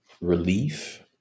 Relief